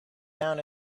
down